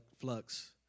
flux